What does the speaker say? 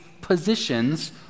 positions